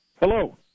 Hello